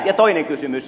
ja toinen kysymys